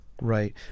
Right